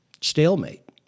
stalemate